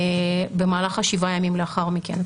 במהלך השבעה ימים לאחר מכן.